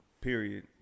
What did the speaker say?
Period